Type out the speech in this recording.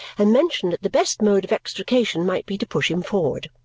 and mentioned that the best mode of extrication might be to push him forward.